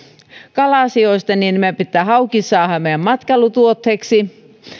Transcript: kala asioista vielä meidän pitää hauki saada meidän matkailutuotteeksi